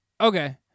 Okay